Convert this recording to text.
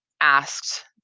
asked